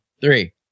Three